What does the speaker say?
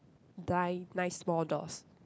die nine small doors